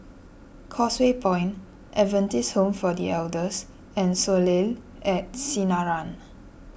Causeway Point Adventist Home for the Elders and Soleil at Sinaran